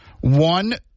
One